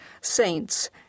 saints